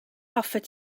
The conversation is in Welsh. hoffet